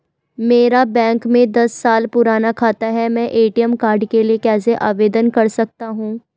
मेरा बैंक में दस साल पुराना खाता है मैं ए.टी.एम कार्ड के लिए कैसे आवेदन कर सकता हूँ?